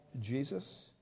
Jesus